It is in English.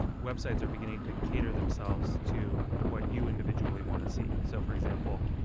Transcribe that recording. websites are beginning to cater themselves to what you individually want to see. so for example,